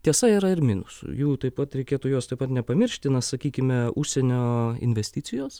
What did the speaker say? tiesa yra ir minusų jų taip pat reikėtų jos taip pat nepamiršti na sakykime užsienio investicijos